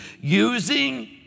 using